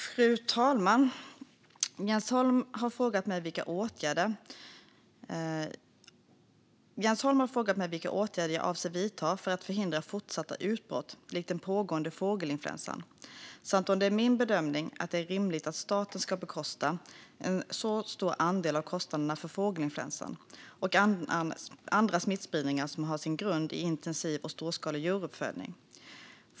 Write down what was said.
Fru talman! Jens Holm har frågat mig vilka åtgärder jag avser att vidta för att förhindra fortsatta utbrott likt den pågående fågelinfluensan samt om det är min bedömning att det är rimligt att staten ska bekosta en så stor andel av kostnaden för fågelinfluensan och andra smittspridningar som har sin grund i intensiv och storskalig djuruppfödning.